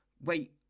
wait